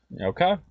Okay